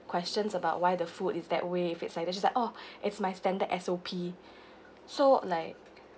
questions about why the food is that way if it's like that she's like oh it's my standard S_O_P so like